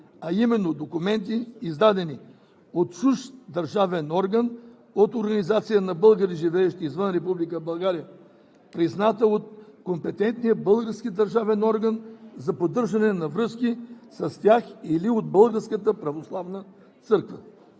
а именно документи издадени от чужд държавен орган, от организация на българи, живеещи извън Република България, признати от компетентния български държавен орган за поддържане на връзки с тях или от Българската православна църква.